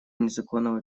незаконного